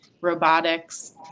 robotics